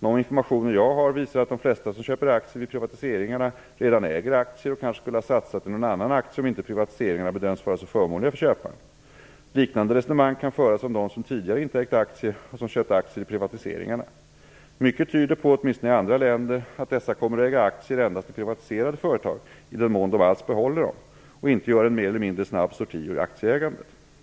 De informationer jag har visar att de flesta som köper aktier vid privatiseringarna redan äger aktier och kanske skulle ha satsat i någon annan aktie om inte privatiseringarna bedömts vara så förmånliga för köparen. Liknande resonemang kan föras om dem som tidigare inte ägt aktier och som köpt aktier i privatiseringarna. Mycket tyder på, åtminstone i andra länder, att dessa kommer att äga aktier endast i privatiserade företag - i den mån de alls behåller dem - och inte gör en mer eller mindre snabb sorti ur aktieägandet.